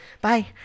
Bye